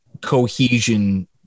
cohesion